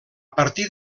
partir